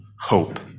hope